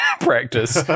practice